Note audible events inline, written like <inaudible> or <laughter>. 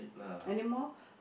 anymore <breath>